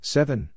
Seven